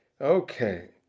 Okay